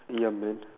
ya man